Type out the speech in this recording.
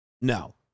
No